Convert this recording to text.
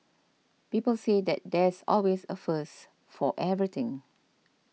people say that there's always a first for everything